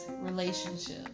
relationship